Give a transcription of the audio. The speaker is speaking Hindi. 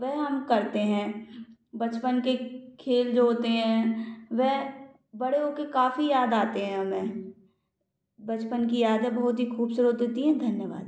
वह हम करते हैं बचपन के खेल जो होते हैं वे बड़े हो के काफ़ी याद आते है हमें बचपन की यादें बहुत ही खुबसूरत होती हैं धन्यवाद